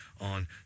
on